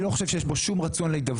אני לא חושב שיש כאן רצון להידברות.